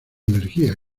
energía